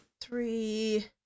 Three